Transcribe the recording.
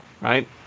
right